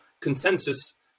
consensus